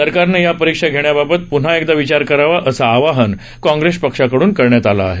सरकारनं या परीक्षा घेण्याबाबत पृन्हा एकदा विचार करावा असं आवाहन काँग्रेस पक्षाकड्रन करण्यात आलं आहे